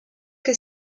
que